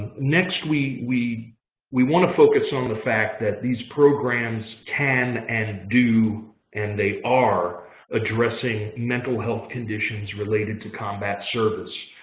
next, we we want to focus on the fact that these programs can and do and they are addressing mental health conditions related to combat service,